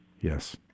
Yes